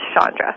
Chandra